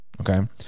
okay